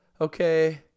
Okay